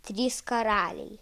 trys karaliai